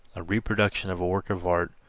a reproduction of a work of art,